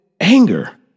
anger